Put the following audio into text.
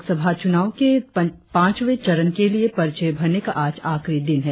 लोकसभा चुनाव के पांचवें चरण के लिए पर्चे भरने का आज आखिरी दिन है